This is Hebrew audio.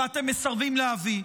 ואתם מסרבים להביא.